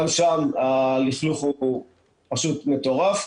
גם שם הלכלוך מטורף.